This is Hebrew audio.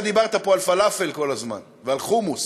אתה דיברת פה כל הזמן על פלאפל ועל חומוס.